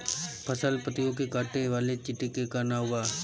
फसल पतियो के काटे वाले चिटि के का नाव बा?